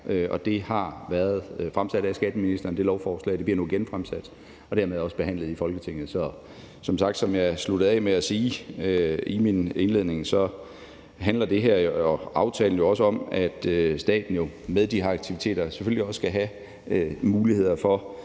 har været fremsat af skatteministeren. Det bliver nu genfremsat og dermed også behandlet i Folketinget. Så som jeg sluttede af med at sige i min indledning, så handler det her og aftalen jo også om, at staten med de her aktiviteter selvfølgelig også skal have muligheder for